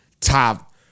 top